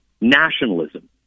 nationalism